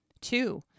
Two